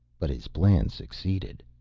but his plan succeeded.